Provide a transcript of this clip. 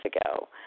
ago